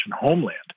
homeland